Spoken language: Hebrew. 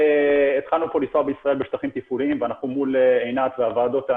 נחות, בוא נגיד את זה ככה, מבחינת בטיחות.